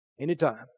Anytime